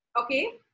okay